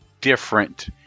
different